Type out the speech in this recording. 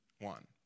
one